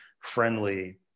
friendly